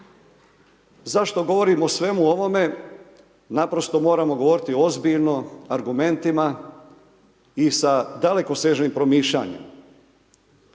Zašto govorim o svemu ovome? Naprosto moramo govoriti ozbiljno, argumentima i sa dalekosežnim promišljanjem.